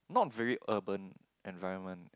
not very urban environment